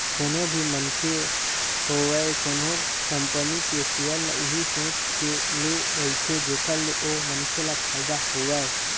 कोनो भी मनखे होवय कोनो कंपनी के सेयर ल इही सोच के ले रहिथे जेखर ले ओ मनखे ल फायदा होवय